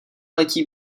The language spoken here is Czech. letí